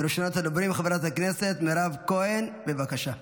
ראשונת הדוברים, חברת הכנסת מירב כהן, בבקשה,